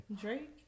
Drake